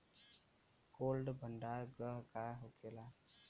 Cold भण्डार गृह का होखेला?